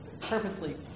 purposely